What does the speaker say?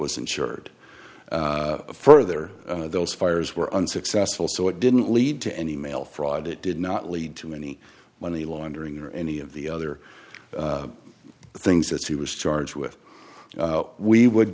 was insured further those fires were unsuccessful so it didn't lead to any mail fraud it did not lead to any money laundering or any of the other things that she was charged with we would